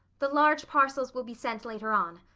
the large parcels will be sent later on.